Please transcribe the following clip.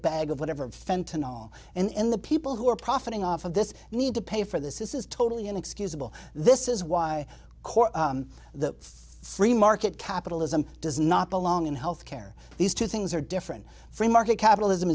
bag of whatever fentanyl and the people who are profiting off of this need to pay for this is totally inexcusable this is why court the free market capitalism does not belong in health care these two things are different free market capitalism